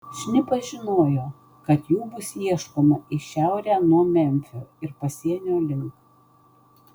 šnipas žinojo kad jų bus ieškoma į šiaurę nuo memfio ir pasienio link